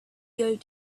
going